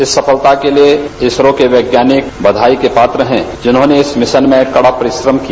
इस सफलता के लिये इसरो के वैज्ञानिक बघाई के पात्र है जिन्होंने इस मिशन में कड़ा परिश्रष किया